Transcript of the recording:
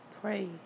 pray